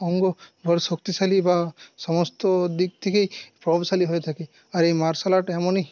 অঙ্গ বড়ো শক্তিশালী বা সমস্ত দিক থেকেই প্রভাবশালী হয়ে থাকে আর এই মার্শাল আর্ট এমনই